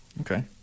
Okay